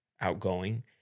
outgoing